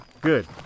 Good